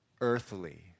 Earthly